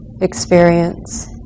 experience